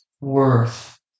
worth